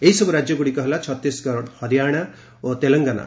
ଏହିସବୁ ରାଜ୍ୟଗୁଡ଼ିକ ହେଲା ଛତିଶଗଡ ହରିୟାନା ଓ ତେଲେଙ୍ଗାନା